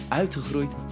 Uitgegroeid